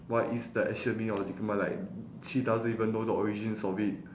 what is the actual meaning of LIGMA like she doesn't even know the origins of it